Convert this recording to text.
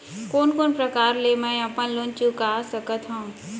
कोन कोन प्रकार ले मैं अपन लोन चुका सकत हँव?